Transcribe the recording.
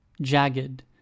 Jagged